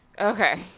Okay